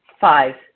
Five